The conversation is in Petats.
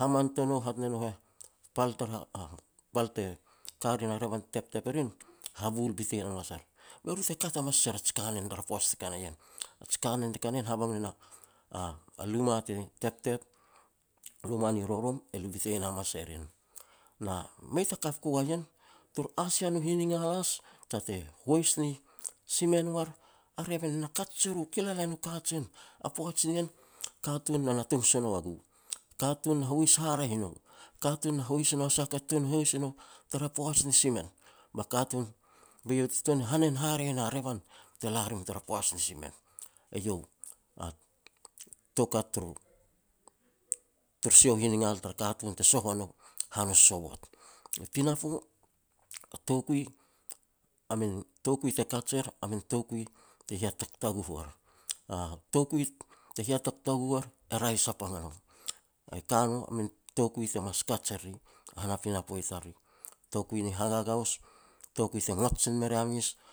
haman tanou hat ne no heh, pal tara pal te ka rin a revan te teptep e rin habul bitein hamas er, be ru te kat hamas er a ji kanen tara poaj te ka na ien, ji kanen te ka na ien habang ne na luma luma te teptep a luma ni rorom e lu bitein hamas e rin. Mei ta kap ku wala ien. Tar asia nu hiningal has, na te hois ni simen war a revan na kat se ru kilalan u kajen tara poaj ni ien. Katun na natung s nou a gu, katun na hois haraeh i nou. Katun na hois e nou a sah a ka te tuan hois e nou tara poaj ni simen. A katun be eiau te tuan hanen haraeh nou a revan te la rim tara poaj ni simen. Eiau a toukat turu sia hiningal te soh ua nou han u sovot. Pinapo, a toukui a min toukui te kaj er, a min toukui te hia tagtaguh war. A toukiu te hia tagtaguh war, e raeh sapang a no. Ka no min toukui te mas kaj e riri han a pinapo tariri. Toukui ni hagagaos, toukui te ngot sin me ria mes